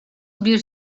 bir